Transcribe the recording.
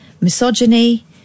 misogyny